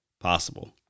possible